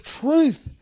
truth